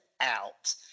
out